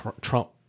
trump